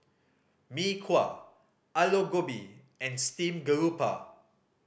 Mee Kuah Aloo Gobi and steamed garoupa